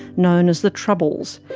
known as the troubles.